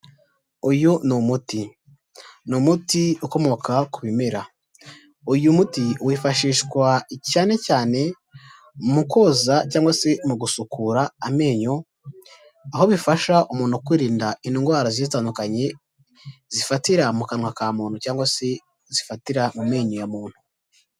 Uyu ni umuti. Ni umuti ukomoka ku bimera. Uyu muti wifashishwa cyane cyane mu koza cyangwa se mu gusukura amenyo, aho bifasha umuntu kwirinda indwara zigiye zitandukanye zifatira mu kanwa ka muntu cyangwa se zifatira mu menyo ya muntu.